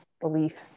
belief